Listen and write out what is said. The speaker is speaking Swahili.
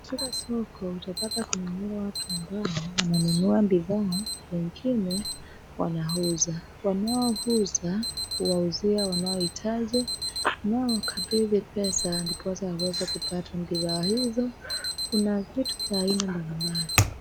Katika soko utapata kuna wale watu ambao wananunua bidhaa, wengine wanauza. Wanao uza huwauzia wanaohitaji nao hukabidhi pesa ndiposa aweze kupata bidhaa hizo. Kuna vitu vya aina mbalimbali.